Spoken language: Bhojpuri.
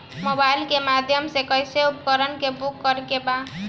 मोबाइल के माध्यम से कैसे उपकरण के बुक करेके बा?